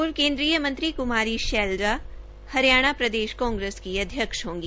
पूर्व केन्द्रीय मंत्री कुमारी शैलजा हरियाणा प्रदेश कांग्रेस की अध्यक्ष होगी